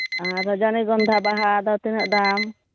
ᱟᱨ ᱨᱚᱡᱚᱱᱤᱜᱚᱱᱫᱷᱟ ᱵᱟᱜᱟ ᱫᱚ ᱛᱤᱱᱟᱹᱜ ᱫᱟᱢ